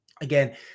again